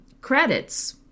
credits